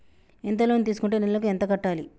ఎంత లోన్ తీసుకుంటే నెలకు ఎంత కట్టాలి?